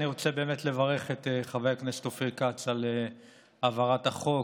אני רוצה באמת לברך את חבר הכנסת אופיר כץ על העברת החוק.